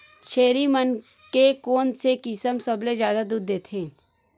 छेरी मन के कोन से किसम सबले जादा दूध देथे?